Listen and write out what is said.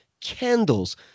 candles